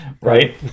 Right